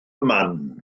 man